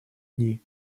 дни